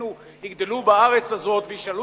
ונינינו יגדלו בארץ הזאת וישאלו,